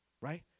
right